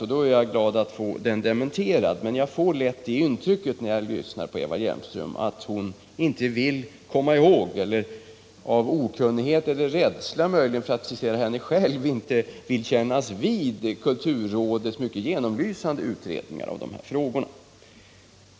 Därför vore jag glad 23 november 1977 att få den dementerad. Jag får det intrycket av Eva Hjelmström atthon Lo inte vill komma ihåg eller — av okunnighet, möjligen rädsla, för att citera — Kommersialismens henne - inte vill kännas vid tidigare kulturrådets mycket genomlysande verkningar på utredningar.